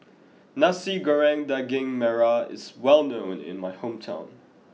Nasi Goreng Daging Merah is well known in my hometown